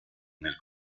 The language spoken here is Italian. nel